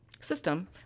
system